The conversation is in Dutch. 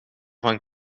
van